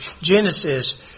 Genesis